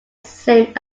same